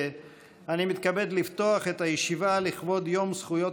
אני מתכבד לפתוח את הישיבה לכבוד היום זכויות